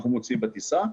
אנחנו מוציאים בטיסה,